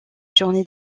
journées